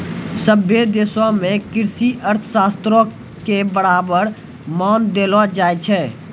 सभ्भे देशो मे कृषि अर्थशास्त्रो के बराबर मान देलो जाय छै